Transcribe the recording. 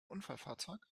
unfallfahrzeug